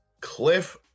Cliff